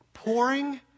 Pouring